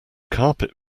carpet